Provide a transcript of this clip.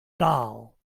doll